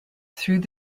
through